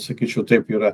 sakyčiau taip yra